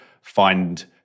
Find